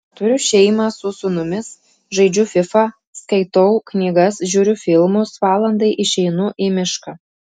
turiu šeimą su sūnumis žaidžiu fifa skaitau knygas žiūriu filmus valandai išeinu į mišką